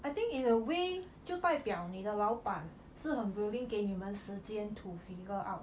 I think in a way 就代表你的老板是很 willing to 给你们时间 to figure out